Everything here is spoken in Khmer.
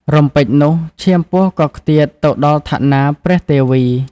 រំពេចនោះ ឈាមពស់ក៏ខ្ទាតទៅដល់ថនាព្រះទេពី។